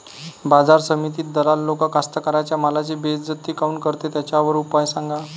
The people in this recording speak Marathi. बाजार समितीत दलाल लोक कास्ताकाराच्या मालाची बेइज्जती काऊन करते? त्याच्यावर उपाव सांगा